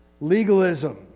legalism